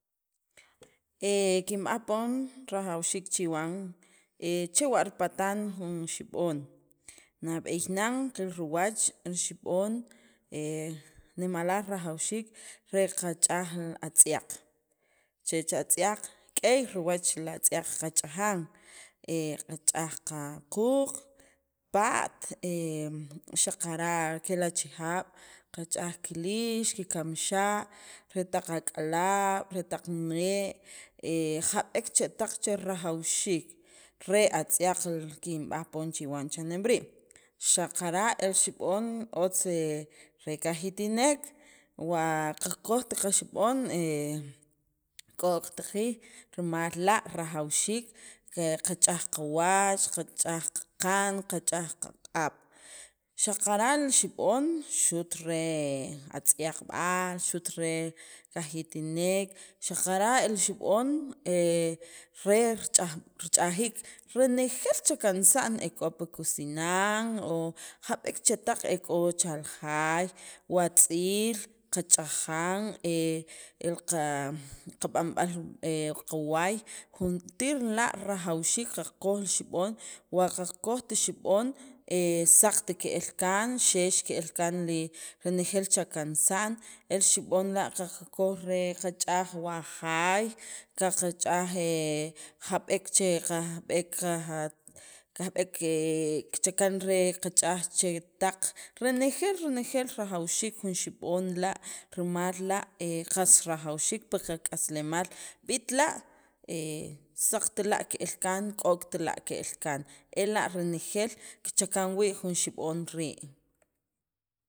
E kinb'aj poon rajawxiik chiwan chewa' ripataan jun xib'on nab'eey nan qiil riwach el xib'oon nimalaaj rajawxiik re qa chaj jun atziaaq' chech atziaaq' k'eey riwach la atziaaq' kach'ajaan e qa ch'aj q'uuq pa'at xaqara' kela achijaab' ka ch'aj ki liix ki kamxaa' re taq ak'alaab' re taq nee' jab'ek chetaq che rajawxiik re atziaaq' rel kin b'aaj chiwan chaneem rii' xaqara' el xib'oon otz' re kajiitineek wa' ka kojt ka xib'oon k'okt qiij rimal la rajawxiik que ka ch'aaj ka weech ka ch'aaj qak'aan ka ch'aaj qa q'aab' xaqara' li xib'oon xu'ut re aztiaqb'aal xu'ut re kajiitineek xaqara' li xib'oon re ch'a ch'ajiij renejeel chakansaan e k'o pi kusinaan o jab'eek chetaq ek'o chal jaay wa tz'iil ka ch'ajaan el qa b'anb'aal ka waay jun tiir la rajawxiik qa koj li xib'oon wa' qakojt xib'oon saq´t keel kaan xe'ex keel kaan li nejeel chakansaan el xib'oon la qaqa koj re kachaj wajaay qa qachaaj jab'eek che che kajb'eek kaj aj kajb'eek kichakan re ka ch'aaj jab'eek chetaq renejeel renejeel rajawxiik jun xib'oon la rimaal la qas rajawxiik pa qa k'aslemaal b'iit la saq'tila kel kaan k'ok tila kel kan ela rinejeel ki chakaan wii' jun xib'oon rii'.